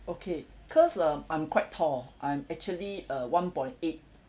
okay cause um I'm quite tall I'm actually uh one point eight